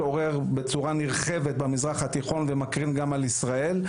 דאעש מתעורר בצורה נרחבת במזרח התיכון ומקרין גם על ישראל.